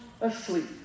asleep